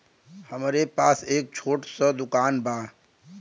हमरे पास एक छोट स दुकान बा